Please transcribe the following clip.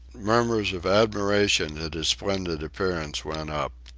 murmurs of admiration at his splendid appearance went up.